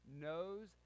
knows